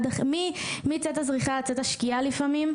מצאת הזריחה עד צאת השקיעה לפעמים,